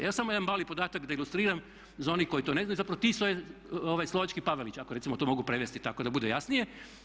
Evo samo jedan mali podatak da ilustriram za one koji to ne znaju, zapravo Tiso je slovački Pavelić ako recimo to mogu prevesti tako da bude jasnije.